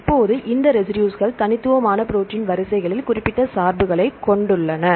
இப்போது இந்த ரெசிடுஸ்கள் தனித்துவமான ப்ரோடீன் வரிசைகளில் குறிப்பிட்ட சார்புகளைக் கொண்டுள்ளன